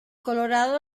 colorado